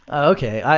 okay.